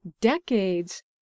decades